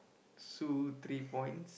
Sue three points